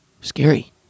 Scary